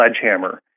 sledgehammer